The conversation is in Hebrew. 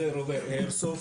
זה רובה איירסופט.